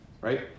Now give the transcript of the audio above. Right